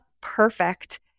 perfect